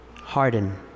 harden